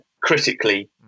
Critically